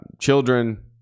children